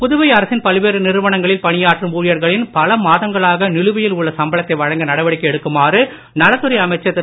புதுவை அரசின் பல்வேறு நிறுவனங்களில் பணியாற்றும் ஊழியர்களின் பல மாங்களாக நிலுவையில் உள்ள சம்பளத்தை வழங்க நடவடிக்கை எடுக்குமாறு நலத்துறை அமைச்சர் திரு